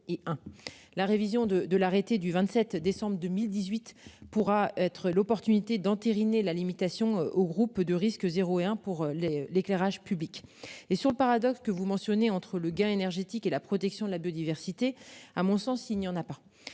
La révision de de l'arrêté du 27 décembre 2018 pourra être l'opportunité d'entériner la limitation au groupe de risque 0 et un pour les l'éclairage public et sur le paradoxe que vous mentionnez entre le gain énergétique et la protection de la biodiversité, à mon sens il n'y en a pas,